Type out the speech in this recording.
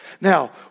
Now